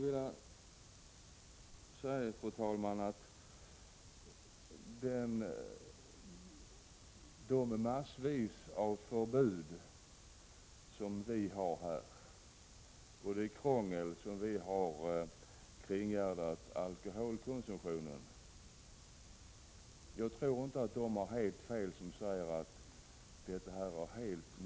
Jag tror inte att de människor har helt fel som säger att de mängder av förbud som vi har i Sverige och det krångel som vi har kringgärdat alkoholkonsumtionen med har helt motsatt effekt.